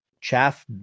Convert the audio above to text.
chaff